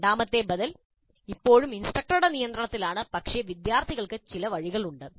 രണ്ടാമത്തെ ബദൽ ഇപ്പോഴും ഇൻസ്ട്രക്ടറുടെ നിയന്ത്രണത്തിലാണ് പക്ഷേ വിദ്യാർത്ഥികൾക്ക് ചില വഴികളുണ്ട്